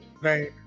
Right